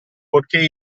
poichè